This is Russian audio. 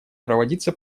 проводиться